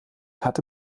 hatte